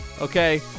Okay